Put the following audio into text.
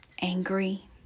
angry